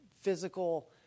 physical